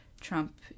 Trump